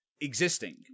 existing